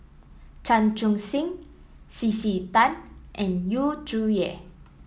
Chan Chun Sing C C Tan and Yu Zhuye